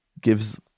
gives